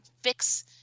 fix